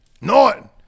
Norton